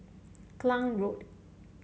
Klang Road